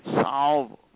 solve